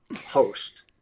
host